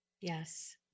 Yes